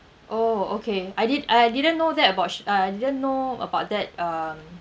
oh okay I didn't I didn't know that about sh~ uh didn't know about that um